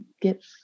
get